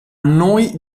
noi